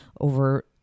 over